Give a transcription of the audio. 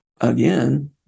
again